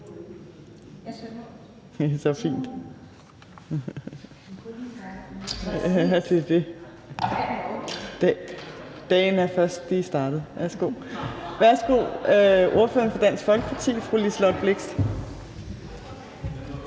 ordfører. Dagen er først lige startet. Værsgo til ordføreren for Dansk Folkeparti, fru Liselott Blixt.